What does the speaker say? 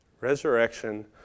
Resurrection